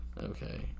Okay